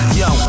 yo